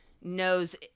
knows